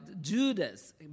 Judas